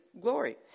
glory